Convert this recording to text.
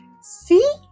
see